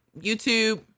YouTube